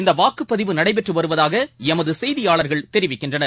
இந்த வாக்குப் பதிவு நடைபெற்று வருவதாக எமது செய்தியாளர்கள் தெரிவிக்கின்றனர்